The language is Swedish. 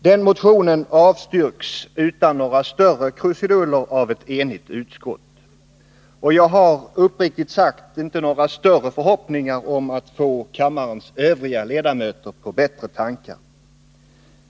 Denna motion avstyrks utan några större krusiduller av ett enigt utskott. Och jag har — uppriktigt sagt — inte några större förhoppningar om att få kammarens övriga ledamöter på bättre tankar.